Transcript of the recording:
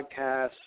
podcasts